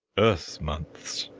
earth months!